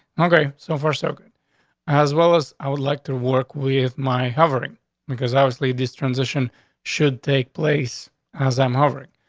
no. great. so far so good as well as i would like to work with my hovering because obviously this transition should take place as i'm hovering.